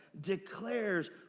declares